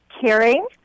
caring